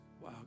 Wow